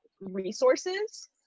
resources